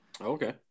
okay